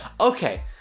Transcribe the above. Okay